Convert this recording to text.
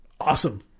awesome